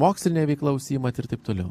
moksline veikla užsiimat ir taip toliau